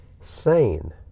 sane